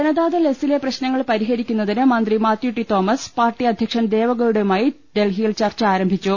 ജനതാദൾ എസിലെ പ്രശ്നങ്ങൾ പരിഹരിക്കുന്നതിന് മന്ത്രി മാത്യു ടി തോമസ് പാർട്ടി അധ്യക്ഷൻ ദേവഗൌഡയുമായി ഡൽഹിയിൽ ചർച്ച ആരംഭിച്ചു